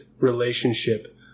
relationship